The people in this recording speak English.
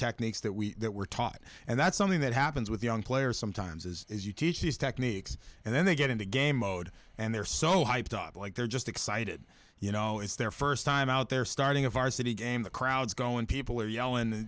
techniques that we were taught and that's something that happens with young players sometimes as as you teach these techniques and then they get into game mode and they're so hyped up like they're just excited you know it's their first time out they're starting a varsity game the crowds go and people are yelling